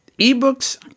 Ebooks